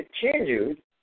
continued